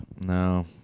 No